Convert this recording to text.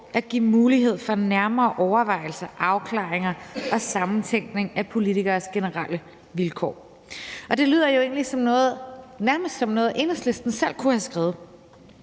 at give mulighed for nærmere overvejelser, afklaringer og samtænkning af politikeres generelle vilkår. Det lyder jo egentlig nærmest som noget, Enhedslisten selv kunne have skrevet.